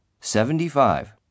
Seventy-five